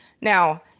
Now